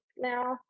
now